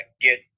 get